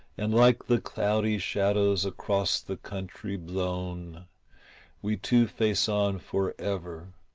and like the cloudy shadows across the country blown we two face on for ever,